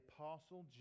Apostle